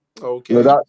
okay